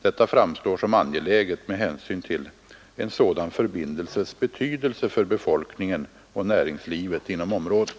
Detta framstår som angeläget med hänsyn till en sådan förbindelses betydelse för befolkningen och näringslivet inom området.